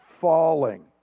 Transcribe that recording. falling